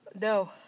No